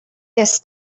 this